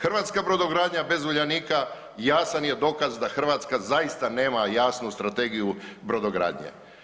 Hrvatska brodogradnja bez uljanika jasan je dokaz da Hrvatska zaista nema jasnu strategiju brodogradnje.